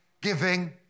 giving